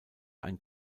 ein